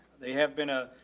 they have been, ah,